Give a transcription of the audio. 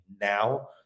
now